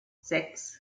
sechs